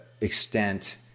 extent